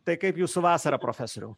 tai kaip jūsų vasarą profesoriau